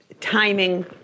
timing